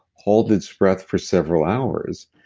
holds its breath for several hours,